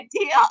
idea